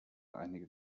einige